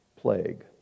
plague